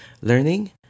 learning